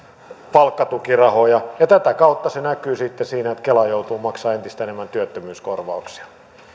palkkatukirahoja ja tätä kautta se näkyy sitten siinä että kela joutuu maksamaan entistä enemmän työttömyyskorvauksia